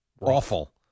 awful